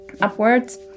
upwards